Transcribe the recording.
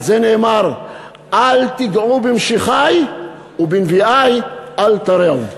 על זה נאמר "אל תגעו במשיחי ובנביאי אל תרעו".